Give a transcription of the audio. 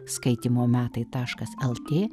skaitymo metai taškas lt